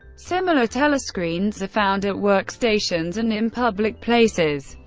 similar telescreens are found at workstations and in public places,